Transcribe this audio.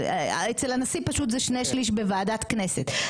אצל הנשיא פשוט זה שני שליש בוועדת כנסת.